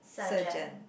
surgeon